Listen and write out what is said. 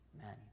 Amen